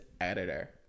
editor